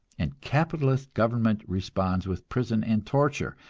and capitalist government responds with prison and torture,